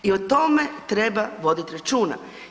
I o tome treba voditi računa.